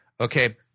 Okay